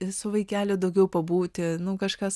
su vaikeliu daugiau pabūti nu kažkas